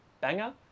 banger